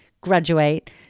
graduate